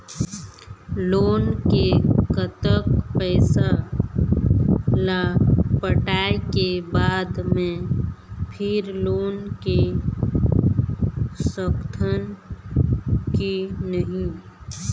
Loan के कतक पैसा ला पटाए के बाद मैं फिर लोन ले सकथन कि नहीं?